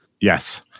Yes